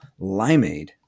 limeade